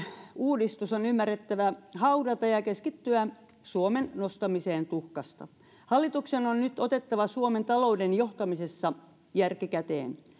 uudistus on ymmärrettävä haudata ja keskittyä suomen nostamiseen tuhkasta hallituksen on nyt otettava suomen talouden johtamisessa järki käteen